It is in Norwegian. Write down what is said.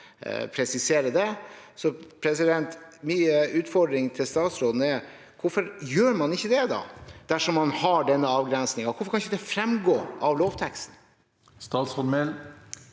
måte presiserer det. Min utfordring til statsråden er: Hvorfor gjør man ikke det, dersom man har den avgrensningen? Hvorfor kan ikke det fremgå av lovteksten? Statsråd